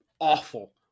awful